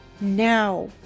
now